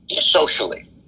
socially